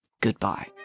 goodbye